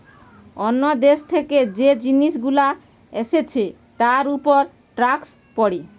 অন্য দেশ থেকে যে জিনিস গুলো এসছে তার উপর ট্যাক্স পড়ে